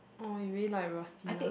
oh you really like Rosti lah